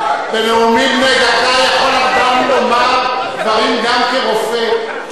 בנאומים בני דקה יכול אדם לומר דברים גם כרופא.